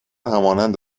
همانند